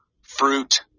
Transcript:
fruit